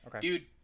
Dude